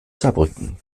saarbrücken